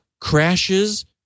crashes